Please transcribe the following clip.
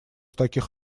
таких